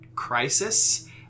crisis